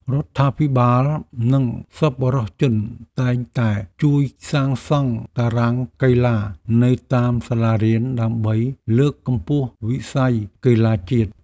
រដ្ឋាភិបាលនិងសប្បុរសជនតែងតែជួយសាងសង់តារាងកីឡានៅតាមសាលារៀនដើម្បីលើកកម្ពស់វិស័យកីឡាជាតិ។